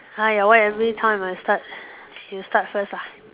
!aiya! why everytime I start you start first lah